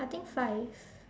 I think five